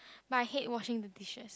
but I hate washing the dishes